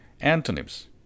Antonyms